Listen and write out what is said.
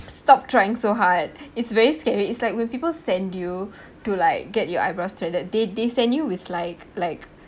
stop trying so hard it's very scary it's like when people send you to like get your eyebrows threaded they they send you with like like